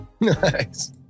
Nice